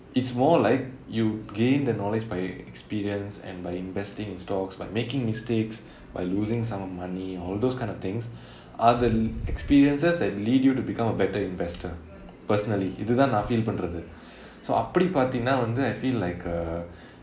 it's more like you gain the knowledge by experience and by investing in stocks by making mistakes by losing sum of money all those kind of things are the experiences that lead you to become a better investor personally இதுதான் நா:ithuthaan naa feel பன்றது:pandrathu so அப்படி பார்த்தேனா வந்து:appadi paarthaenaa vanthu I feel like uh